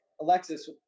Alexis